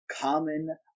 common